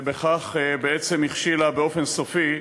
ובכך בעצם הכשילה באופן סופי,